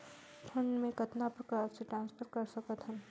Fund मे कतना प्रकार से ट्रांसफर कर सकत हन?